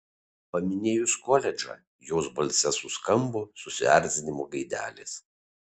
paminėjus koledžą jos balse suskambo susierzinimo gaidelės